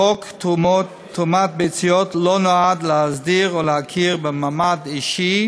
חוק תרומת ביציות לא נועד להסדיר או להכיר במעמד אישי